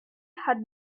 had